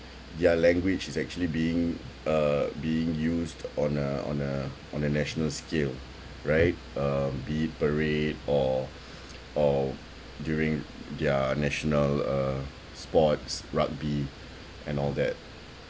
their language is actually being uh being used on a on a on a national scale right uh be it parade or or during their national uh sports rugby and all that